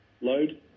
load